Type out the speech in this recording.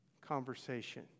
Conversation